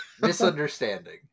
misunderstanding